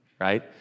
right